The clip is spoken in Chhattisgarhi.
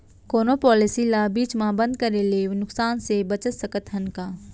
कोनो पॉलिसी ला बीच मा बंद करे ले नुकसान से बचत सकत हन का?